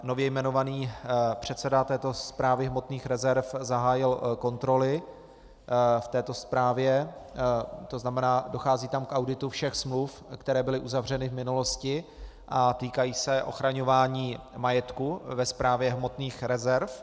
Nově jmenovaný předseda této Správy hmotných rezerv zahájil kontroly v této správě, to znamená dochází tam k auditu všech smluv, které byly uzavřeny v minulosti a týkají se ochraňování majetku ve Správě hmotných rezerv.